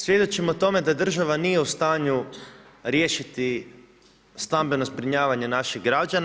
Svjedočimo tome da država nije u stanju riješiti stambeno zbrinjavanje naših građana.